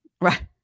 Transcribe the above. right